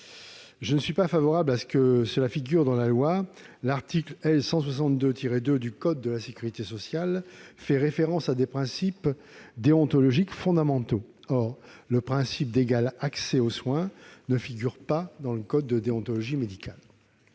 Je ne suis pas favorable à ce que cela figure dans la loi. L'article L. 162-2 du code de la sécurité sociale fait référence à des principes déontologiques fondamentaux. Or le principe d'égal accès aux soins ne figure pas dans le code de déontologie médicale.